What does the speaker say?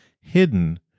hidden